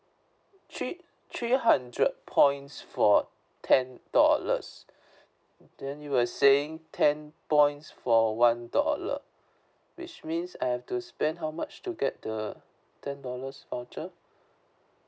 three three hundred points for ten dollars then you were saying ten points for one dollar which means I have to spend how much to get the ten dollars voucher